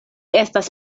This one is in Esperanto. estas